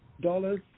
dollars